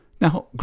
Now